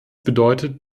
bedeutet